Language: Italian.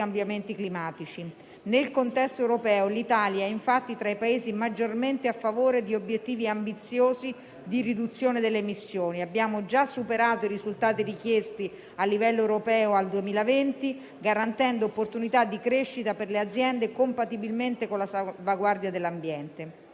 cambiamenti climatici. Nel contesto europeo, infatti, l'Italia è tra i Paesi maggiormente a favore di obiettivi ambiziosi di riduzione delle emissioni, abbiamo già superato i risultati richiesti a livello europeo al 2020, garantendo opportunità di crescita per le aziende compatibilmente con la salvaguardia dell'ambiente.